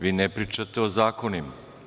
Vi ne pričate o zakonima.